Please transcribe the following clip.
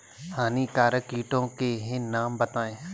हानिकारक कीटों के नाम बताएँ?